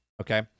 Okay